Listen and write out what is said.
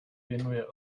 věnuje